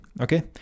okay